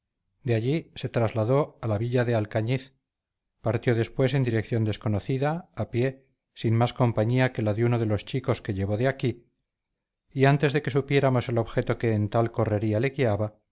de allí se trasladó a la villa de alcañiz partió después en dirección desconocida a pie sin más compañía que la de uno de los chicos que llevó de aquí y antes de que supiéramos el objeto que en tal correría le guiaba